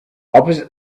opposite